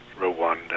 Rwanda